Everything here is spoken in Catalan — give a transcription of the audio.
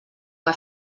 que